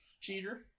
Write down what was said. cheater